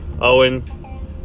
Owen